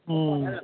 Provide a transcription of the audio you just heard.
हुँ